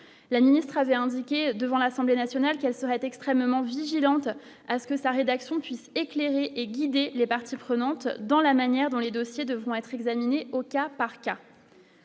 la ministre avait indiqué devant l'Assemblée nationale qu'elle serait extrêmement vigilante à ce que sa rédaction puisse éclairer et guider les parties prenantes dans la manière dont les dossiers devront être examinées au cas par cas.